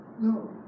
No